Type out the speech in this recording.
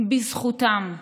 בזכותם.